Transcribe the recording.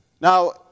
Now